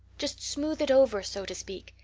just smooth it over so to speak.